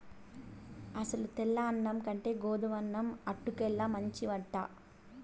అసలు తెల్ల అన్నం కంటే గోధుమన్నం అటుకుల్లే మంచివట